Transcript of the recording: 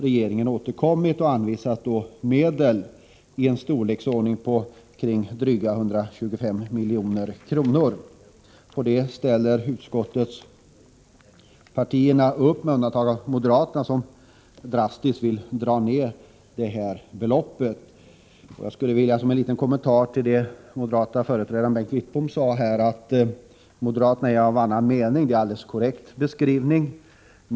Regeringen har nu återkommit och anvisat medel i storleksordningen drygt 125 milj.kr. Detta har partierna ställt upp på i utskottet, med undantag för moderaterna som drastiskt vill dra ned beloppet. Jag skulle vilja göra en liten kommentar till vad moderaternas företrädare Bengt Wittbom sade. Han sade att moderaterna har en annan mening. Det är en alldeles korrekt beskrivning.